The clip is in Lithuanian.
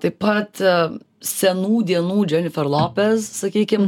taip pat senų dienų dženifer lopez sakykim